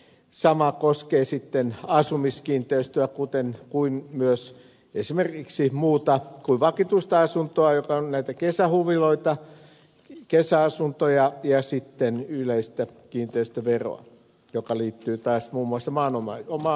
sama koskee asumiskiinteistöä kuin myös esimerkiksi muita kuin vakituisia asuntoja jotka ovat näitä kesähuviloita kesäasuntoja ja sitten yleistä kiinteistöveroa joka liittyy taas muun muassa maaomaisuuteen